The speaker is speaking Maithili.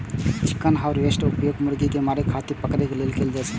चिकन हार्वेस्टर के उपयोग मुर्गी कें मारै खातिर पकड़ै लेल कैल जाइ छै